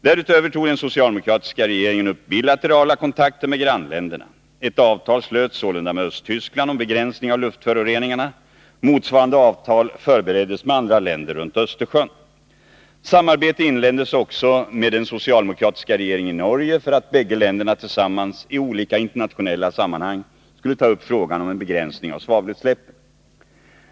Därutöver tog den socialdemokratiska regeringen upp bilaterala kontakter med grannländerna. Ett avtal slöts sålunda med Östtyskland om begränsning av luftföroreningarna. Motsvarande avtal förbereddes med andra länder runt Östersjön. Samarbete inleddes också med den socialde mokratiska regeringen i Norge för att bägge länderna tillsammans i olika internationella sammanhang skulle ta upp frågan om en begränsning av svavelutsläppen.